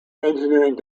engineering